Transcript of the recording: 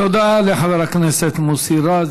תודה לחבר הכנסת מוסי רז.